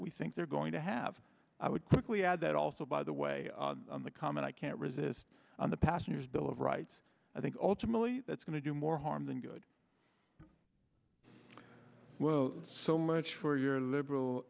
we think they're going to have i would quickly add that also by the way the comment i can't resist on the passenger's bill of rights i think ultimately that's going to do more harm than good well so much for your liberal